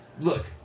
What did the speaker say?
look